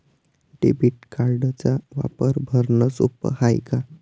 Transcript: Debit कार्डचा वापर भरनं सोप हाय का?